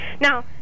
now